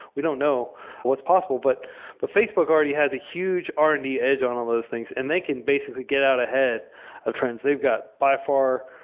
we don't know what's possible. but but facebook already has a huge are in the edge on all of those things, and they can basically get out ahead of trends. they've got, by far,